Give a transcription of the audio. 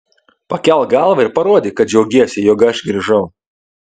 pakelk galvą ir parodyk kad džiaugiesi jog aš grįžau